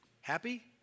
Happy